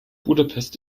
budapest